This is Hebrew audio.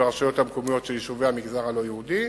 ברשויות המקומיות של המגזר הלא-יהודי,